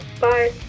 Bye